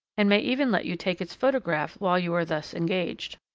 and may even let you take its photograph while you are thus engaged.